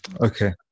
Okay